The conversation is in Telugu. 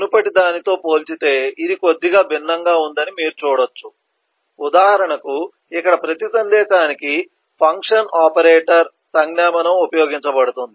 మునుపటిదానితో పోల్చితే ఇది కొద్దిగా భిన్నంగా ఉందని మీరు చూడవచ్చు ఉదాహరణకు ఇక్కడ ప్రతి సందేశానికి ఫంక్షన్ ఆపరేటర్ సంజ్ఞామానం ఉపయోగించబడుతుంది